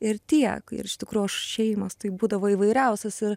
ir tiek ir iš tikro šeimos tai būdavo įvairiausios ir